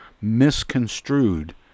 misconstrued